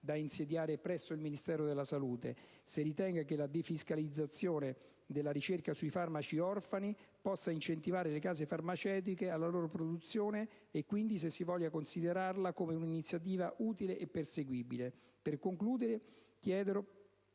da malattie rare. Chiedo inoltre al Governo se ritenga che la defiscalizzazione della ricerca sui farmaci orfani possa incentivare le case farmaceutiche alla loro produzione e quindi se si voglia considerarla come un'iniziativa utile e perseguibile. PRESIDENTE. La